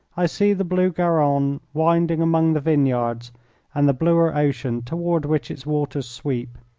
i see the blue garonne winding among the vineyards and the bluer ocean toward which its waters sweep.